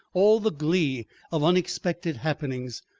all the glee of unexpected happenings,